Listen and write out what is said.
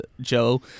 Joe